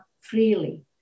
freely